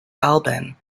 alban